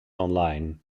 online